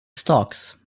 stocks